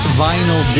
vinyl